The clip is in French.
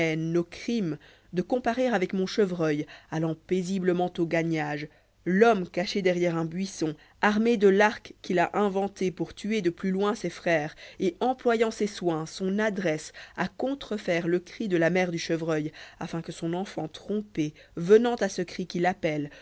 nos crimes de comparer avec mon chevreuil allant paisiblement au gagnage l'homme caché derrière un buisson armé de l'arc qu'il a inventé pour tuer de plus loin ses frères et employant ses soins son adresse j à contrefaire le cri de la mère du chevreuil afin que son enfant trompé venant à ce cri qui l'appelle